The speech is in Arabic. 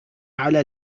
على